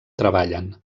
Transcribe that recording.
treballen